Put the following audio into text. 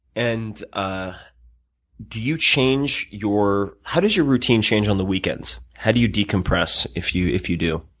and ah do you change your. how does your routine change on the weekends? how do you decompress, if you if you do?